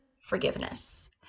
forgiveness